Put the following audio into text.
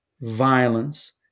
violence